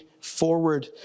forward